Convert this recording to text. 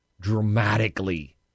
dramatically